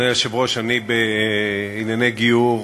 אני קניתי לופה.